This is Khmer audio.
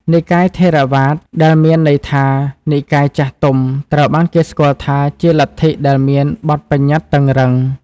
និកាយថេរវាទ ដែលមានន័យថា និកាយចាស់ទុំត្រូវបានគេស្គាល់ថាជាលទ្ធិដែលមានបទប្បញ្ញត្តិតឹងរ៉ឹង។